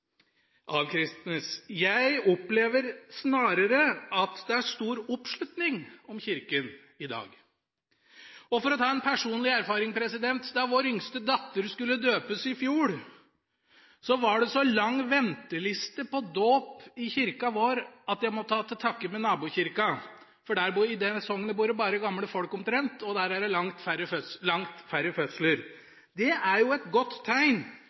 Jeg opplever snarere at det er stor oppslutning om Kirka i dag. For å ta en personlig erfaring: Da vår yngste datter skulle døpes i fjor, var det så lang venteliste på dåp i kirka vår at jeg måtte ta til takke med nabokirka – i det sognet bor det bare gamle folk, omtrent, og der er det langt færre fødsler. Det er jo et godt tegn